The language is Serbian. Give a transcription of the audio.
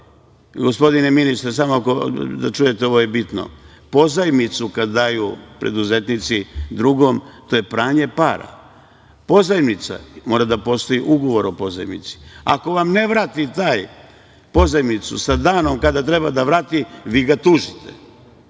Gospodine ministre, samo da čujete, ovo je bitno. Pozajmicu kada daju preduzetnici drugom, to je pranje para. Pozajmica, mora da postoji ugovor o pozajmici. Ako vam ne vrati taj pozajmicu sa danom kada treba da varati, vi ga tužite.